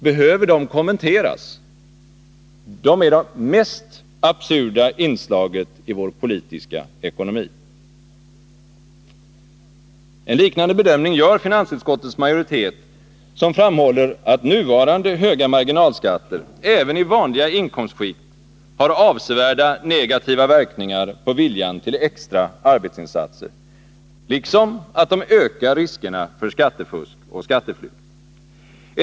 Behöver de kommenteras? De är det mest absurda inslaget i vår politiska ekonomi.” En liknande bedömning gör finansutskottets majoritet, som framhåller att nuvarande höga marginalskatter även i vanliga inkomstskikt har avsevärda negativa verkningar på viljan till extra arbetsinsatser, liksom att de ökar riskerna för skattefusk och skatteflykt.